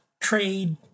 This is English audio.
trade